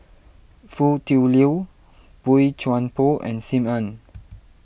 Foo Tui Liew Boey Chuan Poh and Sim Ann